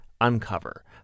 Uncover